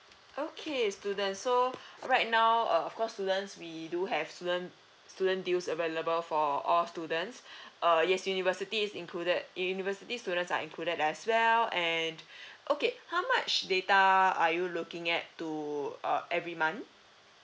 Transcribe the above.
okay students so right now uh of course students we do have student student deals available for all students uh yes university is included in university students are included as well and okay how much data are you looking at to uh every month